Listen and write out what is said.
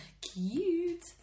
Cute